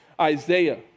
Isaiah